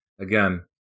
again